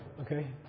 Okay